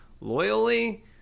loyally